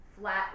flat